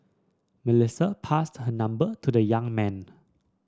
Melissa passed her number to the young man